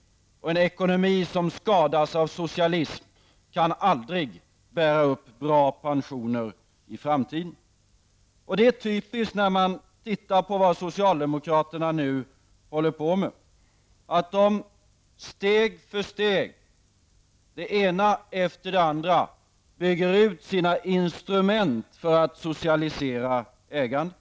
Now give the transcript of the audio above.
Och en ekonomi som skadas av socialism kan aldrig bära upp bra pensioner i framtiden. När man ser på vad socialdemokraterna nu håller på med är det typiskt att de det ena steget efter det andra bygger ut sina instrument för att socialisera ägandet.